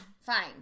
fine